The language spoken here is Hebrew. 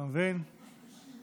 שוק פשפשים יש.